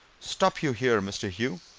stop you here, mr. hugh,